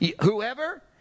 whoever